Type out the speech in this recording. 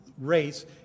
race